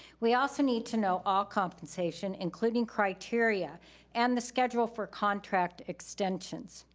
we also need to know all compensation including criteria and the schedule for contract extensions.